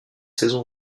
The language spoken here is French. saison